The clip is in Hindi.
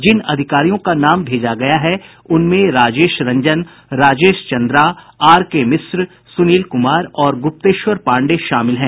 जिन अधिकारियों का नाम भेजा गया है उनमें राजेश रंजन राजेश चंद्रा आरके मिश्र सूनील कुमार और गूप्तेश्वर पांडेय शामिल हैं